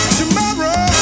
tomorrow